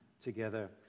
together